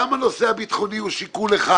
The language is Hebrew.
הנושא הביטחוני הוא שיקול אחד